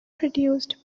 produced